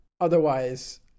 Otherwise